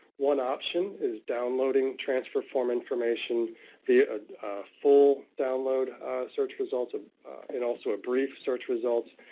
one option is downloading transfer form information via full download search results and also a brief search results.